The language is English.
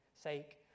sake